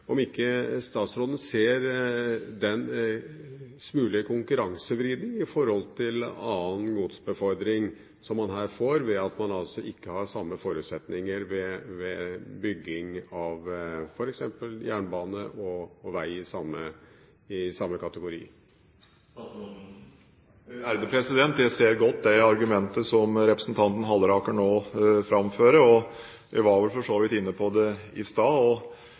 ikke statsråden den smule konkurransevridning i forhold til annen godsbefordring som man her får ved at man altså ikke har samme forutsetninger ved bygging av f.eks. jernbane og vei i samme kategori? Jeg ser godt det argumentet som representanten Halleraker nå framfører, og jeg var vel for så vidt inne på det i stad.